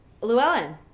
Llewellyn